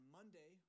Monday